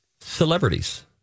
celebrities